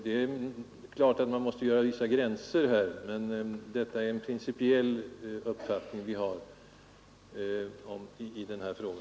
Det är klart att man måste dra vissa gränser för den statliga ersättningen, men detta är den principiella uppfattning som vi har i denna fråga.